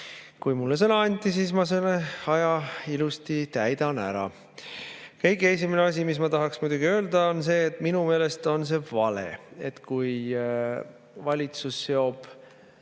Kui mulle sõna anti, siis ma selle aja ilusti täidan ära. Kõige esimene asi, mis ma tahaks muidugi öelda, on see, et minu meelest on see vale, kui valitsus seob